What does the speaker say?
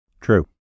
True